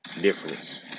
difference